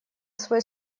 свой